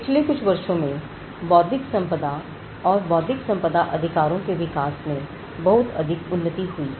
पिछले कई वर्षों में बौद्धिक संपदा और बौद्धिक संपदा अधिकारों के विकास में बहुत अधिक उन्नति हुई है